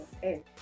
Hey